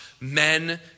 Men